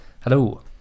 Hello